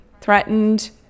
threatened